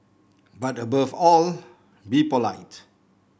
but above all be polite